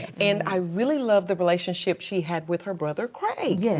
and i really love the relationship she had with her brother, craig. yes.